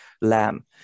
lamb